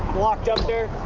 walked up there,